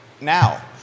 Now